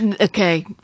Okay